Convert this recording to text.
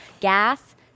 gas